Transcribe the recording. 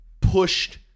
pushed